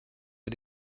est